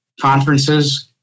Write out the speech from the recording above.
conferences